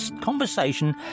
conversation